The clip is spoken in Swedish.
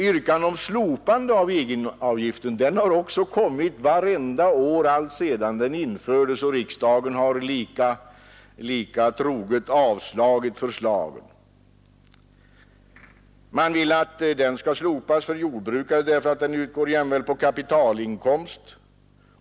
Yrkanden om slopande av egenavgiften har återkommit vartenda år alltsedan avgiften infördes, och riksdagen har lika troget avslagit förslagen. Man vill att avgiften skall slopas för jordbrukarna därför att den utgår jämväl på kapitalinkomst.